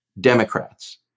Democrats